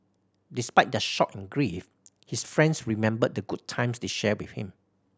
despite their shock and grief his friends remembered the good times they shared with him